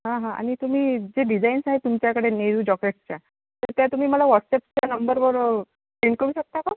हां हां आणि तुम्ही जे डिझाईन्स आहे तुमच्याकडे नेहरू जॉकेट्सच्या तर त्या तुम्ही मला व्हॉट्सअपच्या नंबरवर सेंड करू शकता का